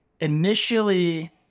initially